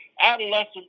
adolescents